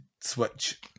switch